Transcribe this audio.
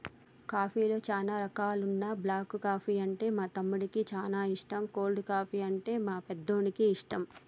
కాఫీలో చానా రకాలున్న బ్లాక్ కాఫీ అంటే మా తమ్మునికి చానా ఇష్టం, కోల్డ్ కాఫీ, అంటే మా పెద్దోడికి ఇష్టం